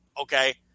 Okay